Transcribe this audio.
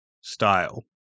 style